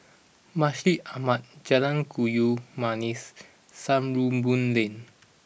Masjid Ahmad Jalan Kayu Manis Sarimbun Lane